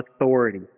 authority